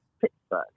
Pittsburgh